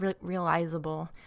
realizable